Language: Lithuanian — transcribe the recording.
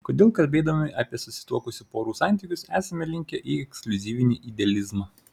kodėl kalbėdami apie susituokusių porų santykius esame linkę į ekskliuzyvinį idealizmą